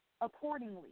accordingly